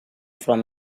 from